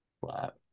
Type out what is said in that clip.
Flat